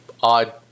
odd